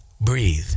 breathe